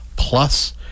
plus